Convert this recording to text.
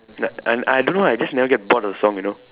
like I I don't know I just never get bored of that song you know